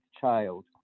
child